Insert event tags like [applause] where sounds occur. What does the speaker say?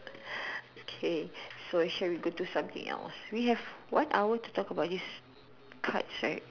[breath] okay so shall we go to something else we have one hour to talk about these cards right